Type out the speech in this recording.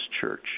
Church